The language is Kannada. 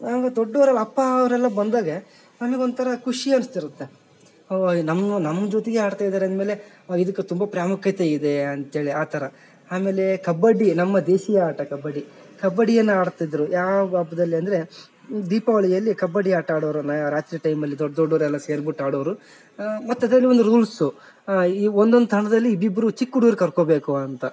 ಹಂಗೇ ದೊಡ್ಡೋರಲ್ಲಿ ಅಪ್ಪ ಅವರೆಲ್ಲ ಬಂದಾಗೆ ನಮಗೆ ಒಂಥರ ಖುಷಿ ಅನ್ಸ್ತಿರುತ್ತೆ ನಮ್ಮ ನಮ್ಮ ಜೊತೆಗೆ ಆಡ್ತಾ ಇದ್ದಾರೆ ಅಂದ್ಮೇಲೆ ಇದಕ್ಕೆ ತುಂಬ ಪ್ರಾಮುಖ್ಯತೆ ಇದೆ ಅಂತ್ಹೇಳಿ ಆ ಥರ ಆಮೇಲೆ ಕಬ್ಬಡ್ಡಿ ನಮ್ಮ ದೇಶೀಯ ಆಟ ಕಬ್ಬಡ್ಡಿ ಕಬ್ಬಡ್ಡಿಯನ್ನ ಆಡ್ತಿದ್ದರು ಯಾವ ಹಬ್ದಲ್ಲಿ ಅಂದರೆ ದೀಪಾವಳಿಯಲ್ಲಿ ಕಬ್ಬಡ್ಡಿ ಆಟ ಆಡೋರು ಮೇ ರಾತ್ರಿ ಟೈಮಲ್ಲಿ ದೊಡ್ಡ ದೊಡ್ಡೋರೆಲ್ಲ ಸೇರ್ಬುಟ್ಟು ಆಡೋರು ಮತ್ತದರಲ್ಲೂ ಒಂದು ರೂಲ್ಸು ಈ ಒಂದೊಂದು ತಂಡದಲ್ಲಿ ಇಬ್ರಿಬ್ಬರು ಚಿಕ್ಕ ಹುಡ್ಗ್ರು ಕರ್ಕೋಬೇಕು ಅಂತ